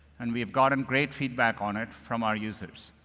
and we have gotten great feedback on it from our users.